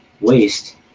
waste